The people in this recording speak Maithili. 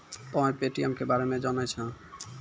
तोंय पे.टी.एम के बारे मे जाने छौं?